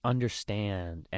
Understand